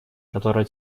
которая